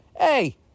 hey